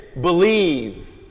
Believe